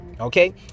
Okay